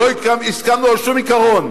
לא הסכמנו על שום עיקרון,